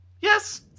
Yes